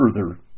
further